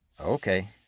Okay